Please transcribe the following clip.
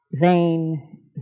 Vain